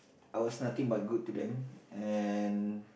I was nothing but good to them and